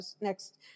next